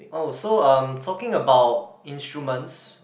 oh so um talking about instruments